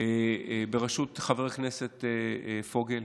בראשות חבר הכנסת פוגל